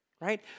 right